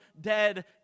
dead